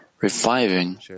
reviving